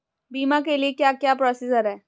बीमा के लिए क्या क्या प्रोसीजर है?